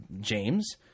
James